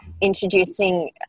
introducing